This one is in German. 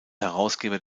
herausgeber